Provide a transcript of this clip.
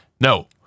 No